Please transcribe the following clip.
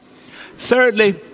Thirdly